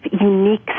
unique